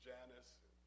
Janice